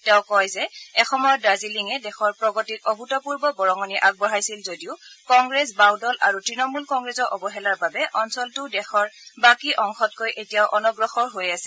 তেওঁ কয় যে এসময়ত দাৰ্জিলিঙে দেশৰ প্ৰগতিত অভূতপূৰ্ব বৰঙণি আগবঢ়াইছিল যদিও কংগ্ৰেছ বাওঁদল আৰু ত্ণমূল কংগ্ৰেছৰ অৱহেলাৰ বাবে অঞ্চলটো দেশৰ বাকী অংশতকৈ এতিয়াও অনগ্ৰসৰ হৈ আছে